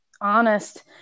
honest